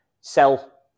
sell